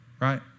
right